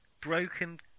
broken